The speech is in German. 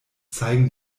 zeigen